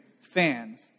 fans